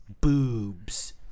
boobs